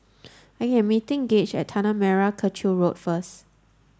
I am meeting Gaige at Tanah Merah Kechil Road first